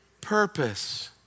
purpose